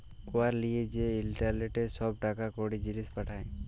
উয়ার লিয়ে যে ইলটারলেটে ছব টাকা কড়ি, জিলিস পাঠায়